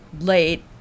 late